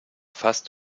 fast